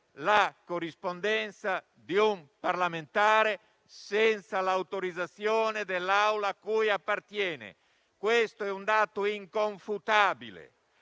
la corrispondenza di un parlamentare senza l'autorizzazione dell'Aula a cui appartiene. Questo è un dato inconfutabile.